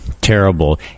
terrible